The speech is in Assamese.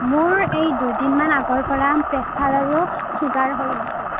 মোৰ এই দুইদিনমান আগৰ পৰা প্ৰেছাৰ আৰু ছুগাৰ হৈছে